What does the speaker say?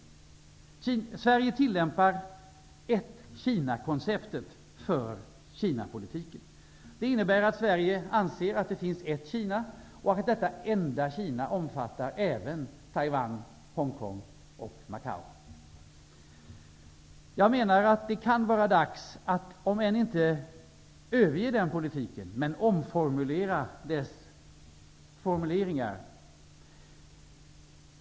Sverige tillämpar konceptet ett Kina för Kinapolitiken. Det innebär att Sverige anser att det finns ett Kina och att detta enda Kina omfattar även Jag menar att det kan vara dags att om inte överge så omformulera den politiken.